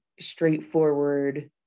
straightforward